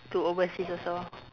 to overseas also